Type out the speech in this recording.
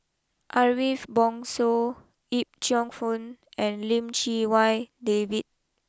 Ariff Bongso Yip Cheong fun and Lim Chee Wai David